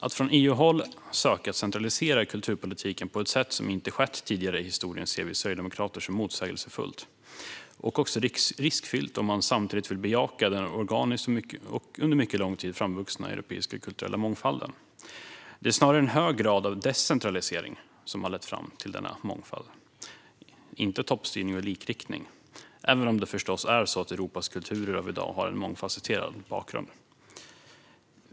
Att från EU-håll söka centralisera kulturpolitiken på ett sätt som inte har skett tidigare i historien ser vi sverigedemokrater som motsägelsefullt, och om man samtidigt vill bejaka den europeiska kulturella mångfald som vuxit fram organiskt och under mycket lång tid är det dessutom riskfyllt. Det är snarare en hög grad av decentralisering som har lett fram till denna mångfald, inte toppstyrning och likriktning - även om det förstås är så att Europas kulturer av i dag har en mångfasetterad bakgrund.